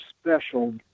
special